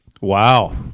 Wow